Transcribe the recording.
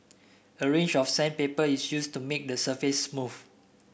a range of sandpaper is used to make the surface smooth